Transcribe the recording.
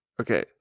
Okay